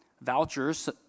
Vouchers